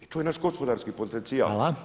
To je naš gospodarski potencijal.